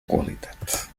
qualitat